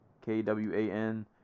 K-W-A-N